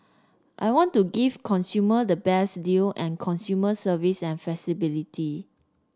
I want to give consumer the best deal and consumer service and flexibility